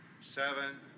seven